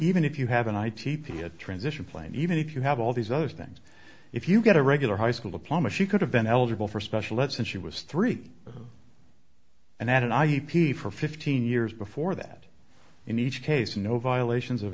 even if you have an i t p a transition plan even if you have all these other things if you got a regular high school diploma she could have been eligible for special that since she was three and had an i e p for fifteen years before that in each case no violations of